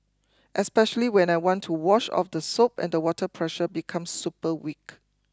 especially when I want to wash off the soap and the water pressure becomes super weak